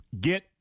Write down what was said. Get